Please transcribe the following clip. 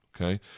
okay